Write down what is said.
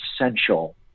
essential